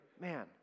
man